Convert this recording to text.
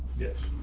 yes,